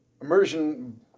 immersion